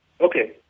Okay